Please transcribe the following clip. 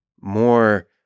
more